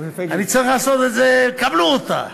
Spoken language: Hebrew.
אני צריך לעשות את זה: קבלו אותה,